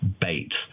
bait